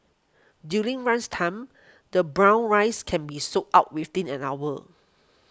during lunchtime the brown rice can be sold out within an hour